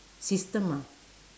system ah